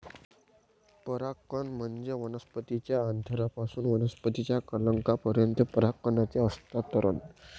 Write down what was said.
परागकण म्हणजे वनस्पतीच्या अँथरपासून वनस्पतीच्या कलंकापर्यंत परागकणांचे हस्तांतरण